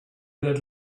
let